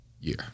year